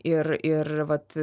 ir ir vat